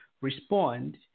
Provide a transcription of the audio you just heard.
respond